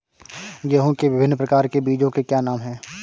गेहूँ के विभिन्न प्रकार के बीजों के क्या नाम हैं?